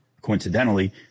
coincidentally